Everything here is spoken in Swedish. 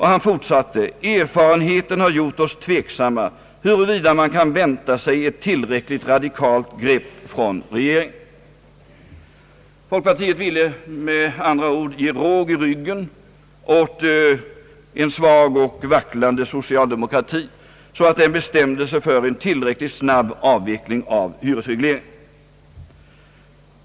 Han fortsatte: »Erfarenheten har gjort oss tveksamma huruvida man kan vänta sig ett tillräckligt radikalt grepp från regeringen.» Folkpartiet ville med andra ord ge råg i ryggen åt en svag och vacklande socialdemokrati så att den bestämde sig för en tillräckligt snabb avveckling av hyresregleringen.